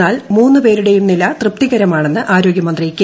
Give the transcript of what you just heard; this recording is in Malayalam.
എന്നാൽ മൂന്നു പേരുടെയും നില തൃപ്തികരമാണെന്ന് ആരോഗ്യമന്ത്രി കെ